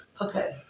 Okay